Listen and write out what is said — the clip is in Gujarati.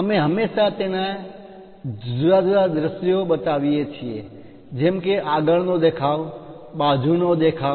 અમે હંમેશાં તેના જુદા જુદા દ્રશ્યો બતાવીએ છીએ જેમ કે આગળનો દેખાવ અને બાજુનો દેખાવ